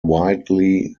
widely